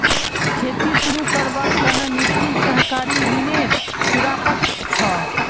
खेती शुरू करवार त न मिथुन सहकारी ऋनेर फिराकत छ